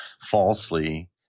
falsely